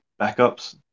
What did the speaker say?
backups